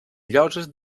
lloses